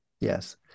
Yes